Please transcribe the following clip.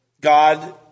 God